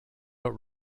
but